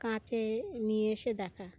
কাছে নিয়ে এসে দেখা